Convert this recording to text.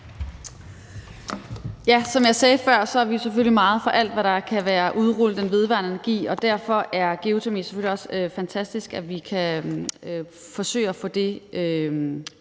Som jeg sagde før, er vi selvfølgelig meget for alt, hvad der kan vedrøre at udrulle den vedvarende energi, og derfor er det selvfølgelig også fantastisk, at vi kan forsøge at få geotermi